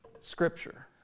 Scripture